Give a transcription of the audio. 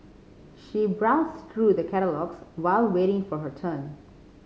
she browsed through the catalogues while waiting for her turn